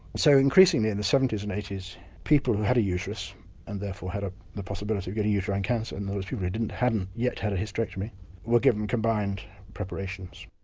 so increasingly in the seventy s and eighty s people who had a uterus and therefore had ah the possibility of getting uterine cancer and those people who hadn't yet had a hysterectomy were given combined preparations.